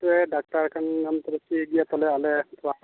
ᱥᱮ ᱰᱟᱠᱛᱟᱨ ᱠᱟᱱ ᱜᱮᱭᱟᱢ ᱛᱟᱞᱮ ᱴᱷᱤᱠ ᱜᱮᱭᱟ ᱛᱟᱦᱚᱞᱮ ᱟᱞᱮ ᱛᱷᱚᱲᱟ